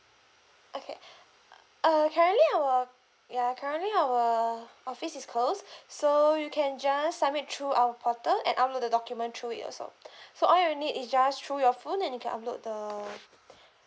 okay uh currently our uh currently our office is closed so you can just submit through our portal and upload the document through it also so all you need is just through your phone and you can upload the